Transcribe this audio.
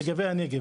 לגבי הנגב,